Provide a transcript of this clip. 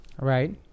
Right